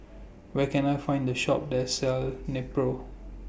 Where Can I Find A Shop that sells Nepro